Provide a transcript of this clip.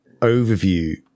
overview